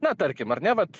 na tarkim ar ne vat